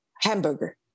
hamburger